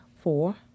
four